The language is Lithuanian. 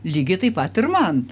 lygiai taip pat ir man